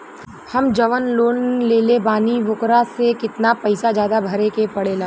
हम जवन लोन लेले बानी वोकरा से कितना पैसा ज्यादा भरे के पड़ेला?